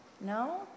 No